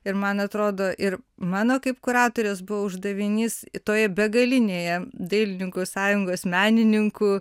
ir man atrodo ir mano kaip kuratorės buvo uždavinys į toje begalinėje dailininkų sąjungos menininkų